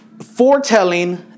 Foretelling